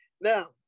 Now